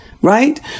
right